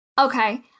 Okay